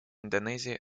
индонезии